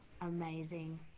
amazing